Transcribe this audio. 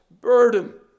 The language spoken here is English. burden